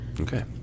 Okay